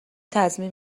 تضمین